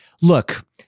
look